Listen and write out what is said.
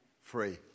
free